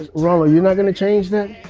ah ronald, you're not going to change that?